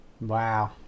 Wow